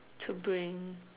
to bring